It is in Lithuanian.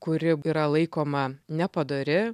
kuri yra laikoma nepadori